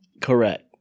Correct